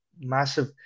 massive